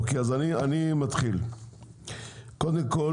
אוקיי אז אני מתחיל, קודם כל